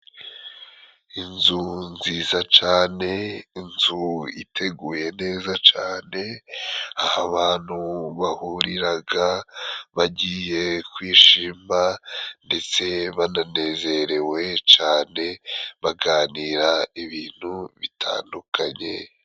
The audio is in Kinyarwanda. Inzu nziza cane， inzu iteguye neza cane， aho abantu bahuriraga bagiye kwishima， ndetse bananezerewe cane，baganira ibintu bitandukanye.